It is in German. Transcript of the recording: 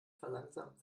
verlangsamt